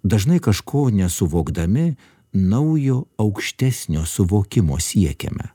dažnai kažko nesuvokdami naujo aukštesnio suvokimo siekiame